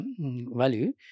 value